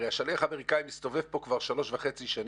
הרי השליח האמריקני מסתובב כאן כבר שלוש וחצי שנים,